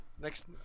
next